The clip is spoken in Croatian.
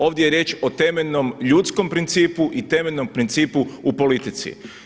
Ovdje je riječ o temeljnom ljudskom principu i temeljnom principu u politici.